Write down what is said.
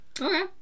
Okay